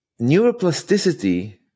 neuroplasticity